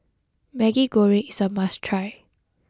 Maggi Goreng is a must try